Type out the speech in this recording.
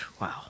Wow